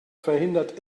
verhindert